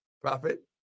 Prophet